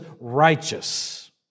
righteous